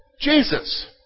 Jesus